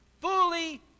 fully